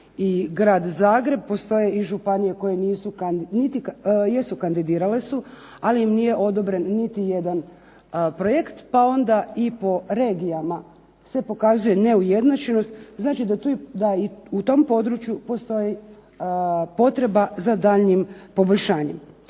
i grad Zagreb postoje i županije koje jesu kandidirale su ali im nije odobren niti jedan projekt, pa onda i po regijama se pokazuje neujednačenost. Znači da i u tom području postoji potreba za daljnjim poboljšanjem.